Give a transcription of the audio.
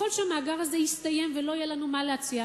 כשהמאגר הזה יסתיים ולא יהיה לנו מה להציע,